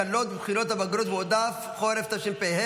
הקלות בבחינות הבגרות במועד החורף התשפ"ה